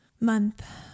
month